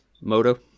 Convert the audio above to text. moto